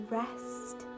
rest